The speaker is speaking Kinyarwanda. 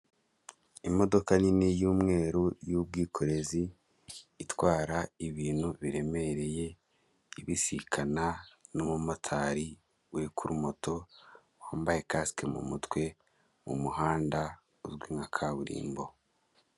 Imodoka nini y'umweru y'ubwikorezi itwara ibintu biremereye, ibisikana n'umumotari uri ku rumoto wambaye kasike mu mutwe, mu muhanda uzwi nka kaburimbo.